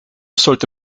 sollte